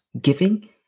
giving